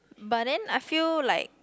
but then I feel like